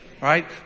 Right